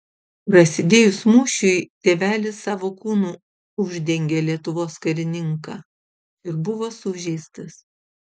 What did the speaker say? prasidėjus mūšiui tėvelis savo kūnu uždengė lietuvos karininką ir buvo sužeistas